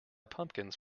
pumpkins